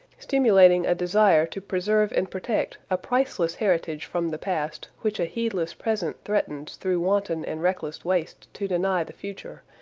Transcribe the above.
stimulating a desire to preserve and protect a priceless heritage from the past which a heedless present threatens through wanton and reckless waste to deny the future,